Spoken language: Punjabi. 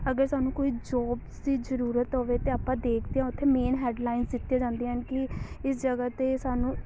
ਅਗਰ ਸਾਨੂੰ ਕੋਈ ਜੋਬਸ ਦੀ ਜ਼ਰੂਰਤ ਹੋਵੇ ਤਾਂ ਆਪਾਂ ਦੇਖਦੇ ਹਾਂ ਉੱਥੇ ਮੇਨ ਹੈੱਡ ਲਾਈਨਜ ਦਿੱਤੀਆਂ ਜਾਂਦੀਆਂ ਹਨ ਕਿ ਇਸ ਜਗ੍ਹਾ 'ਤੇ ਸਾਨੂੰ